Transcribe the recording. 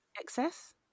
excess